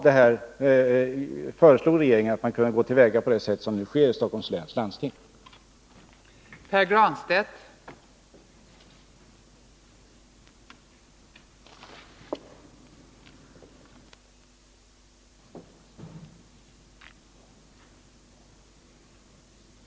Då föreslog regeringen att man kunde handla så som Stockholms läns landsting nu gör.